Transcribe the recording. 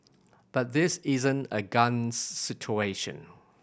but this isn't a guns situation